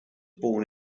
born